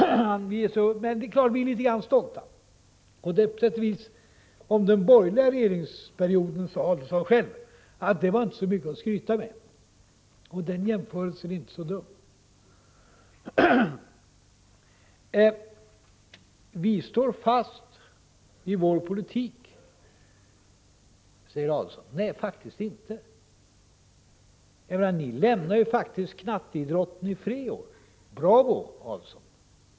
Ja, det är klart att vi är litet grand stolta. Om den borgerliga regeringsperioden sade Adelsohn själv att det inte var så mycket att skryta med, och den jämförelsen är inte så dum. Vi står fast vid vår politik, säger Adelsohn. Nej, faktiskt inte. Ni lämnar ju knatteidrotten i fred i år. Bravo, Adelsohn!